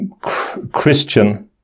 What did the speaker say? Christian